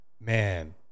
Man